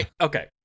okay